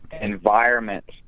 environment